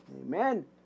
Amen